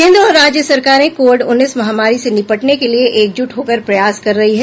केंद्र और राज्य सरकारें कोविड उन्नीस महामारी से निपटने के लिए एकजुट होकर प्रयास कर रही है